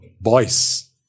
Boys